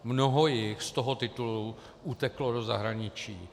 Mnoho jich z toho titulu uteklo do zahraničí.